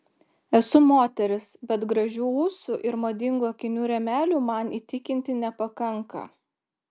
esu moteris bet gražių ūsų ir madingų akinių rėmelių man įtikinti nepakanka